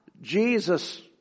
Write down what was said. Jesus